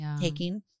taking